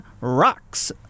rocks